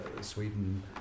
Sweden